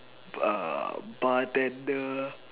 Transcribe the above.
err bartender